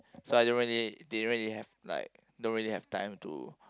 so I don't really didn't really have like don't really have time to